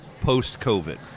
post-COVID